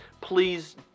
please